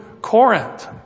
Corinth